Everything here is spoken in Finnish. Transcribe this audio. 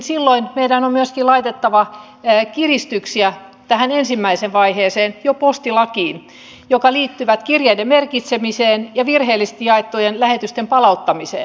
silloin meidän on myöskin laitettava kiristyksiä tähän ensimmäiseen vaiheeseen jo postilakiin jotka liittyvät kirjeiden merkitsemiseen ja virheellisesti jaettujen lähetysten palauttamiseen